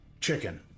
chicken